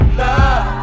love